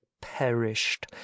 perished